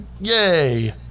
yay